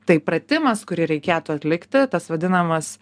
tai pratimas kurį reikėtų atlikti tas vadinamas